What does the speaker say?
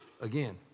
Again